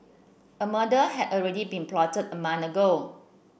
a murder had already been plotted a month ago